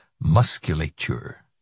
musculature